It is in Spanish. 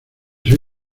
soy